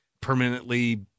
permanently